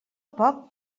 poc